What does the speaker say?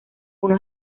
uno